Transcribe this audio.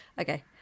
Okay